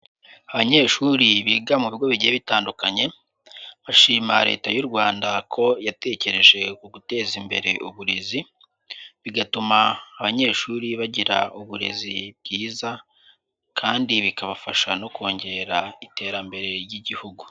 Abanyeshuri biga mu bigo bigiye bitandukanye, bashima leta y'u Rwanda ko yatekereje ku guteza imbere uburezi, bigatuma abanyeshuri bagira uburezi bwiza kandi bikabafasha no kongera iterambere ry'igihugu.